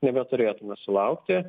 nebeturėtume sulaukti